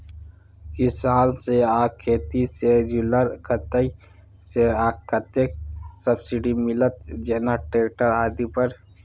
किसान से आ खेती से जुरल कतय से आ कतेक सबसिडी मिलत, जेना ट्रैक्टर आदि पर?